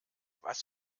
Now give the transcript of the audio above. was